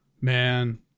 man